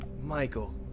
Michael